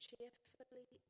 Cheerfully